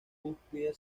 cúspide